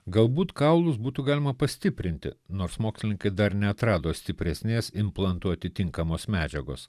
galbūt kaulus būtų galima pastiprinti nors mokslininkai dar neatrado stipresnės implantuoti tinkamos medžiagos